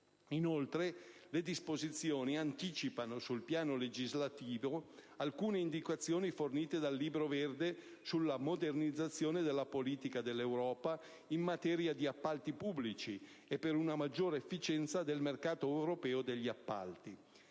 Inoltre, le disposizioni anticipano sul piano legislativo alcune indicazioni fornite dal Libro verde sulla modernizzazione della politica dell'Unione europea in materia di appalti pubblici e per una maggiore efficienza del mercato europeo degli appalti.